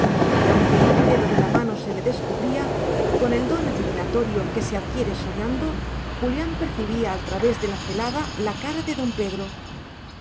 y aunque ni un dedo de la mano se le descubría con el don adivinatorio que se adquiere soñando julián percibía al través de la celada la cara de don pedro